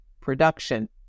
production